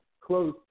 close